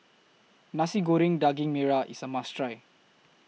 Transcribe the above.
Nasi Goreng Daging Merah IS A must Try